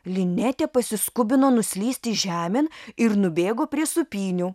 linetė pasiskubino nuslysti žemėn ir nubėgo prie sūpynių